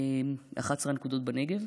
11 הנקודות בנגב.